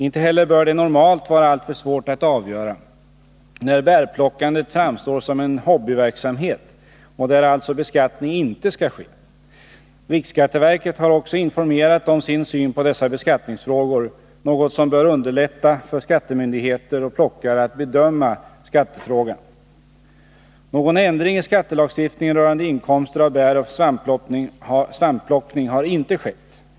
Inte heller bör det normalt vara alltför svårt att avgöra när bärplockandet framstår som en hobbyverksamhet och där alltså beskattning inte skall ske. Riksskatteverket har också informerat om sin syn på dessa beskattningsfrågor, något som bör underlätta för skattemyndigheter och plockare att bedöma skattefrågan. Någon ändring i skattelagstiftningen rörande inkomster av bäroch svampplockning har inte skett.